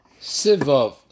Sivov